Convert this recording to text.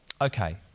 Okay